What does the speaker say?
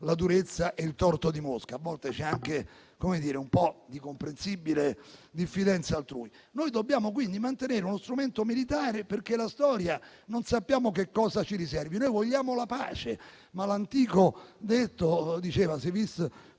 la durezza e il torto di Mosca; a volte c'è anche un po' di comprensibile diffidenza altrui. Noi dobbiamo quindi mantenere uno strumento militare perché non sappiamo che cosa ci riserva la storia. Noi vogliamo la pace, ma l'antico detto recitava: «*si